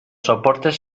soportes